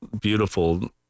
beautiful